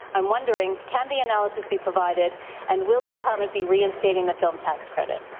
i am wondering can the analysis be provided and will the department be reinstating the film tax credit?